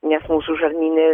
nes mūsų žarnyne